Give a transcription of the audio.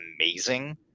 amazing